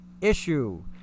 issue